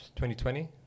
2020